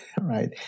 right